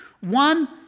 One